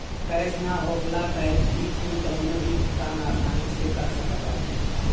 cash ना होखला पअ भी तू कवनो भी भुगतान आसानी से कर सकत बाटअ